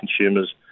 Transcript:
consumers